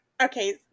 okay